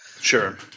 Sure